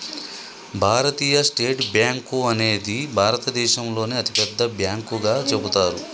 భారతీయ state bank అనేది భారతదేశంలోనే అతిపెద్ద బ్యాంకుగా చెబుతారు